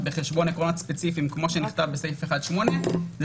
בחשבון עקרונות ספציפיים כמו שנכתב בסעיף 1(8) זה